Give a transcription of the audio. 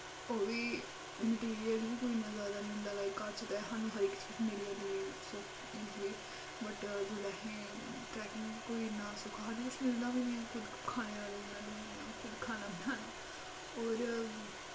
ओह् वी मटिरियल वी कोई इन्ना जैदा निं होंदा लाइक कच्छ ते साह्नू हर इक चीज मिल्ली जंदी सो इजिली बट जुसलै असें ट्रैकिंग च कोई इन्ना सौक्खा साह्नू कुछ मिलदा वी नी ऐ खुध्द खाने दा अरेंजमैंट करना खुद्ध खाना बनाना और